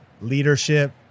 leadership